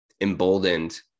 emboldened